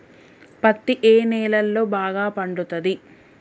పత్తి ఏ నేలల్లో బాగా పండుతది?